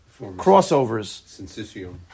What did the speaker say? crossovers